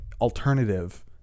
alternative